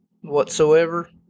whatsoever